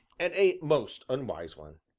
and a most unwise one!